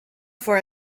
for